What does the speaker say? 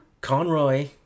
Conroy